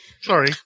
Sorry